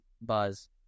buzz